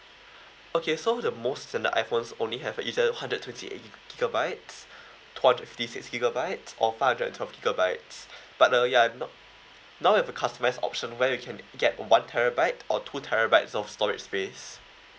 okay so the most that the iphones only have is at hundred twenty eight gigabytes two hundred fifty six gigabytes or five hundred and twelve gigabytes but uh ya no~ now we have a customised option where you can get one terabyte or two terabytes of storage space